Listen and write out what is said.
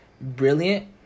brilliant